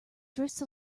drifts